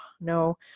no